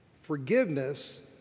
forgiveness